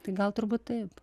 tai gal turbūt taip